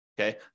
okay